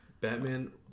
Batman